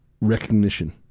recognition